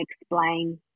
explain